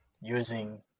using